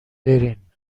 برین